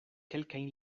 kelkajn